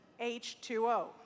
H2O